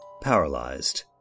paralyzed